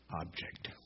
object